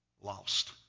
lost